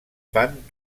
fan